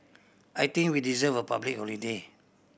I think we deserve a public holiday